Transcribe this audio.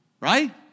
right